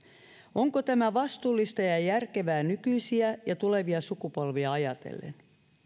onko tämä vastuullista ja ja järkevää nykyisiä ja tulevia sukupolvia ajatellen